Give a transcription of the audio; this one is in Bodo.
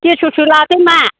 देरस'सो लादो मा